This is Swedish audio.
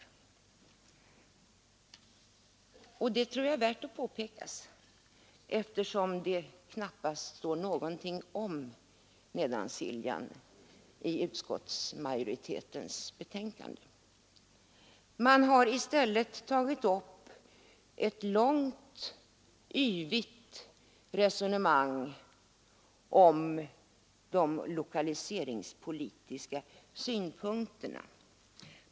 Detta bör påpekas, eftersom det som sagt knappast står någonting om Nedansiljans tingsrätt i utskottsmajoritetens betänkande. Utskottsmajoriteten för i stället ett långt, yvigt resonemang om de lokaliseringspolitiska synpunkterna.